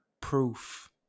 Proof